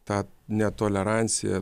ta netolerancija